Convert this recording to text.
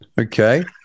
Okay